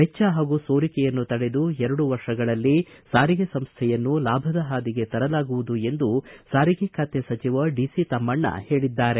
ವೆಚ್ಚ ಹಾಗೂ ಸೋರಿಕೆಯನ್ನು ತಡೆದು ಎರಡು ವರ್ಷಗಳಲ್ಲಿ ಸಾರಿಗೆ ಸಂಶ್ಯೆಯನ್ನು ಲಾಭದ ಹಾದಿಗೆ ತರಲಾಗುವುದು ಎಂದು ಸಾರಿಗೆ ಖಾತೆ ಸಚಿವ ಡಿಸಿ ತಮ್ಮಣ್ಣ ಹೇಳಿದ್ದಾರೆ